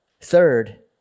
Third